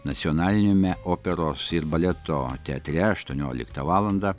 nacionaliniame operos ir baleto teatre aštuonioliktą valandą